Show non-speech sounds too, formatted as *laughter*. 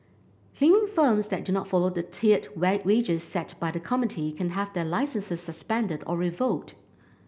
cleaning firms that do not follow the tiered *unintelligible* wages set by the committee can have their licences suspended or revoked